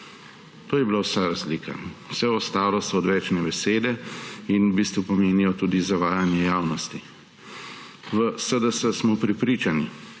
To je bila vsa razlika. Vse ostalo so odvečne besede in v bistvu pomenijo tudi zavajanje javnosti. V SDS smo prepričani,